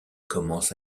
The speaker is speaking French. commence